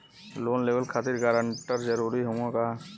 Loan लेवब खातिर guarantor जरूरी हाउ का?